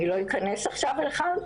אני לא אכנס עכשיו לכאן,